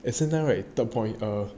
at the same time right third point err